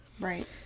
Right